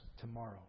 tomorrow